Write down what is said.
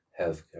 healthcare